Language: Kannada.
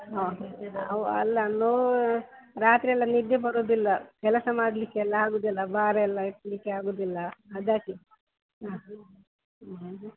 ಹಾಂ ಅವು ಅಲ್ಲ ನೋವು ರಾತ್ರಿಯೆಲ್ಲ ನಿದ್ದೆ ಬರೋದಿಲ್ಲ ಕೆಲಸ ಮಾಡ್ಲಿಕ್ಕೆಲ್ಲ ಆಗೋದಿಲ್ಲ ಭಾರಯೆಲ್ಲ ಎತ್ತಲಿಕ್ಕೆ ಆಗೋದಿಲ್ಲ ಅದಕ್ಕೆ ಹಾಂ